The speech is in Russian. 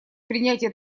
принятие